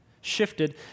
shifted